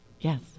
yes